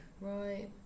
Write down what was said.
Right